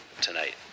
tonight